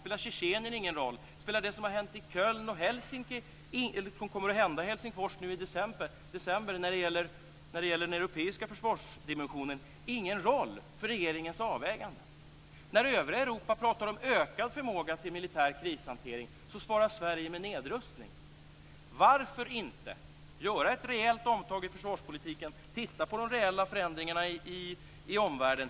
Spelar Tjetjenien ingen roll? Spelar det som har hänt i Köln och det som kommer att hända i Helsingfors nu i december när det gäller den europeiska försvarsdimensionen ingen roll för regeringens avvägande? När övriga Europa pratar om ökad förmåga till militär krishantering svarar Sverige med nedrustning. Varför inte göra ett rejält omtag i försvarspolitiken och titta på de reella förändringarna i omvärlden?